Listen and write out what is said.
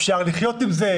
אפשר לחיות איתה,